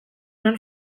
nuen